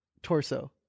Torso